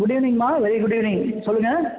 good ஈவினிங்மா very good evening சொல்லுங்க